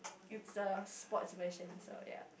it's a sports version so ya